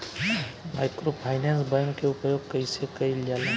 Microfinance bank के उपयोग कइसे कइल जाला?